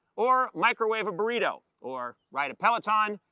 or microwave a burrito, or ride a peloton,